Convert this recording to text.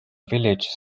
village